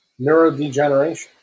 neurodegeneration